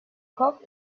hop